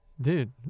Dude